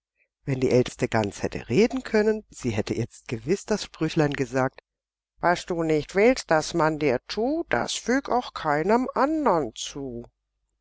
wenn die älteste gans hätte reden können sie hätte jetzt gewiß das sprüchlein gesagt was du nicht willst daß man dir tu das füg auch keinem andern zu